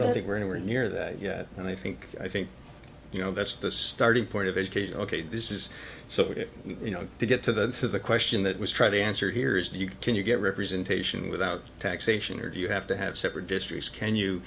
don't think we're anywhere near that yet and i think i think you know that's the starting point of education ok this is so you know to get to the to the question that was trying to answer here is do you can you get representation without taxation or do you have to have separate districts can you